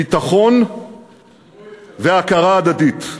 ביטחון והכרה הדדית.